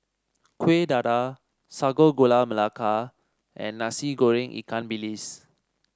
Kueh Dadar Sago Gula Melaka and Nasi Goreng Ikan Bilis